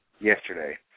yesterday